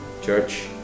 church